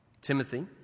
Timothy